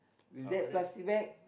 with that plastic bag